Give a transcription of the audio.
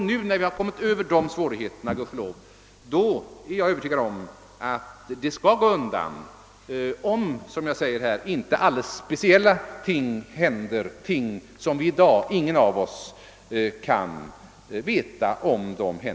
Nu, när vi kommit förbi dessa hinder i Stockholmsområdet, är jag övertygad att uppbyggnaden av universitetet där skall gå undan, om det inte inträffar alldeles speciella ting som ingen i dag kan veta något om.